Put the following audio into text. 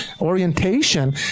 orientation